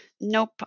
Nope